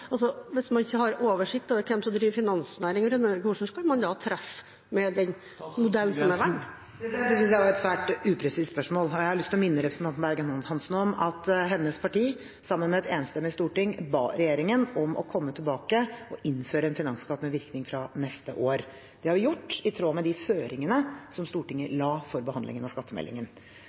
Hvis man ikke har oversikt over hvem som driver finansnæring i Norge, hvordan kan man da treffe med den modellen som er valgt? Det synes jeg var et svært upresist spørsmål, og jeg har lyst til å minne representanten Berg-Hansen om at hennes parti, sammen med et enstemmig storting, ba regjeringen om å komme tilbake og innføre en finansskatt med virkning fra neste år. Det har vi gjort, i tråd med føringene Stortinget la for behandlingen av skattemeldingen.